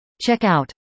Check-out